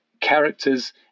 characters